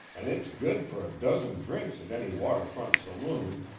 and it's good for a dozen drinks at any water-front saloon.